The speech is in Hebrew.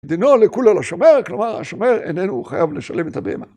דינו לכולל השומר, כלומר השומר איננו חייב לשלם את הבהמה.